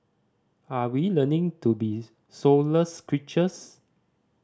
are we learning to be soulless creatures